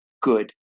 good